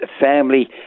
family